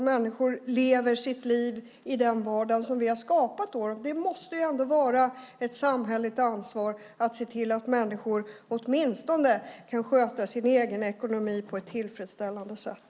Människor lever sina liv i den vardag som vi har skapat åt dem. Det måste vara ett samhälleligt ansvar att se till att människor åtminstone kan sköta sin egen ekonomi på ett tillfredsställande sätt.